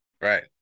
Right